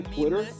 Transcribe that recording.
Twitter